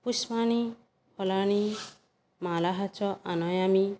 पुष्पानि फलानि मालाः च आनयामि